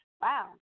Wow